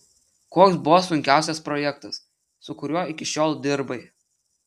koks buvo sunkiausias projektas su kuriuo iki šiol dirbai